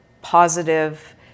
positive